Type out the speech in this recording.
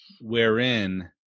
wherein